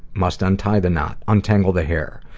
must untie the knot, untangle the hair.